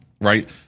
right